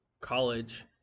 college